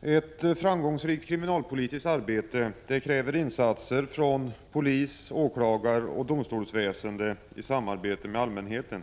Herr talman! Ett framgångsrikt kriminalpolitiskt arbete kräver insatser från polis-, åklagaroch domstolsväsende i samarbete med allmänheten.